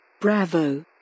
Bravo